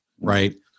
right